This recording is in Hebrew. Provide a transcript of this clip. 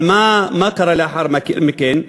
מה קרה לאחר מכן?